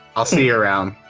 i'll see you around.